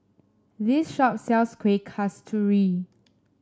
this shop sells Kueh Kasturi